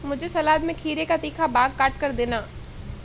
मुझे सलाद में खीरे का तीखा भाग काटकर देना